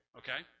okay